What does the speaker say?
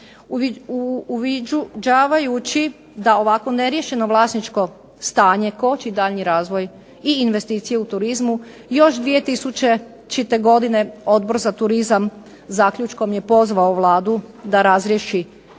Uviđavajući da ovakvo neriješeno vlasničko stanje koči daljnji razvoj i investicije u turizmu još 2000. godine Odbor za turizam zaključkom je pozvao Vladu da razriješi